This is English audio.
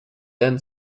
then